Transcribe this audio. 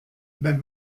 wenn